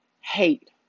hate